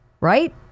right